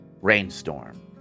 rainstorm